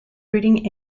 breeding